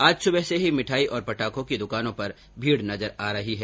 आज सुबह से ही मिठाई और पटाखों की दुकानों पर भीड़ नजर आ रही है